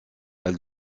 elle